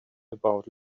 about